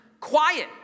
quiet